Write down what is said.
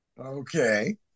Okay